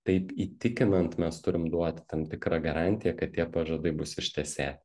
taip įtikinant mes turim duoti tam tikrą garantiją kad tie pažadai bus ištesė